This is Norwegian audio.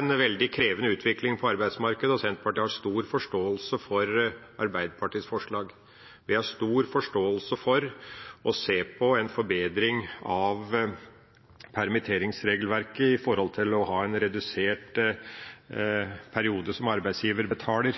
en veldig krevende utvikling på arbeidsmarkedet, og Senterpartiet har stor forståelse for Arbeiderpartiets forslag. Vi har stor forståelse for å se på en forbedring av permitteringsregelverket, f.eks. å redusere perioden som arbeidsgiver betaler,